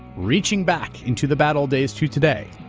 reaching back into the bad old days to today,